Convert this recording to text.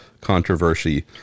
controversy